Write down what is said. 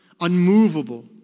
unmovable